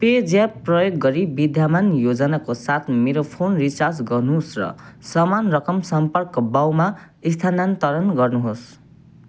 PayZapp प्रयोग गरी विद्यमान योजनाको साथ मेरो फोन रिचार्ज गर्नुहोस् र समान रकम सम्पर्क बाउमा स्थानान्तरण गर्नुहोस्